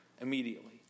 immediately